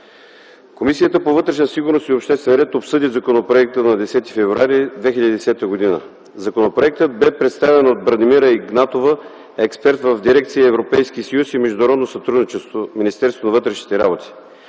Комисията по вътрешна сигурност и обществен ред обсъди законопроекта на 10 февруари 2010 г. Законопроектът бе представен от Бранимира Игнатова – експерт в дирекция „Европейски съюз и международно сътрудничество” в Министерството на вътрешните работи.